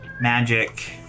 magic